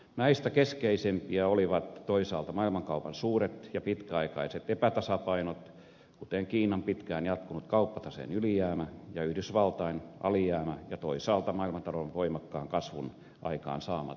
näistä keskeisimpiä olivat toisaalta maailmankaupan suuret ja pitkäaikaiset epätasapainot kuten kiinan pitkään jatkunut kauppataseen ylijäämä ja yhdysvaltain alijäämä ja toisaalta maailmantalouden voimakkaan kasvun aikaansaamat inflaatiopaineet